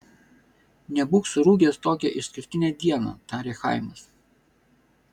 nebūk surūgęs tokią išskirtinę dieną tarė chaimas